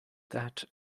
that